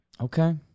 okay